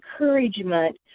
encouragement